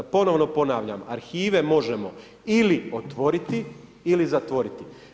Ponovno ponavljam, arhive možemo ili otvoriti ili zatvoriti.